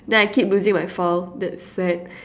then I keep losing my file that's sad